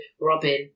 Robin